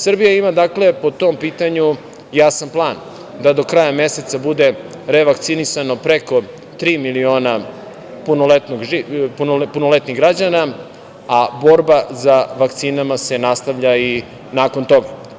Srbija ima po tom pitanju jasan plan da do kraja meseca bude revakcinisano preko tri miliona punoletnih građana, a borba za vakcinama se nastavlja i nakon toga.